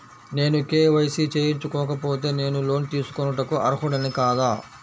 నేను కే.వై.సి చేయించుకోకపోతే నేను లోన్ తీసుకొనుటకు అర్హుడని కాదా?